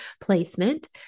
placement